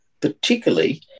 particularly